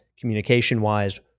communication-wise